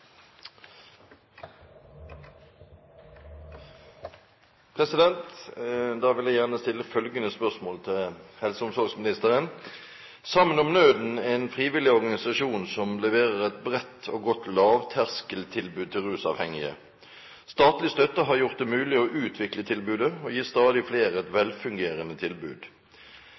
om nøden, SoN, er en frivillig organisasjon som leverer et bredt og godt lavterskeltilbud til rusavhengige. Statlig støtte har gjort det mulig å utvikle tilbudet og gi stadig flere et velfungerende tilbud.